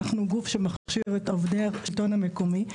אנחנו גוף שמכשיר את עובדי השלטון המקומי,